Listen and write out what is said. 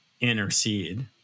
intercede